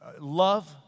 love